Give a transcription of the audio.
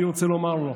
אני רוצה לומר לו: